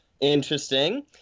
Interesting